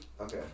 Okay